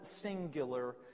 singular